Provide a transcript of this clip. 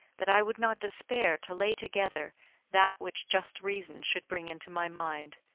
that i would not despair to lay together that which just reason should bring into my mind,